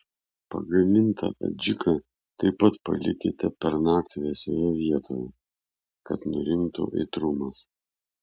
pagamintą adžiką taip pat palikite pernakt vėsioje vietoje kad nurimtų aitrumas